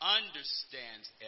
understands